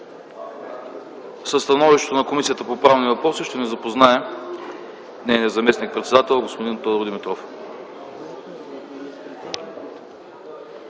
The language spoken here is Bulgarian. Със становището на Комисията по правни въпроси ще ни запознае нейния заместник-председател господин Тодор Димитров.